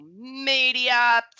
media